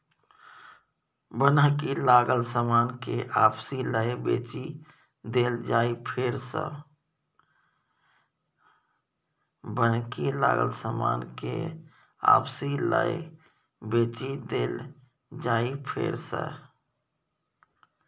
बन्हकी लागल समान केँ आपिस लए बेचि देल जाइ फेर सँ